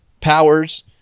Powers